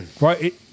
right